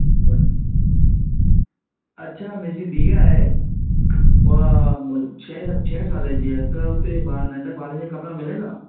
अच्छा मुंहिंजी धीउ आहे उहा छह छह साल जी आहे त हुते ॿारु नंढ ॿारनि जा कपिड़ा मिलंदा